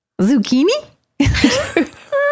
zucchini